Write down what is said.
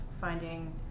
finding